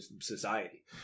society